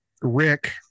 Rick